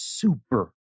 super